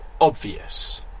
obvious